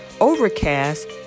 Overcast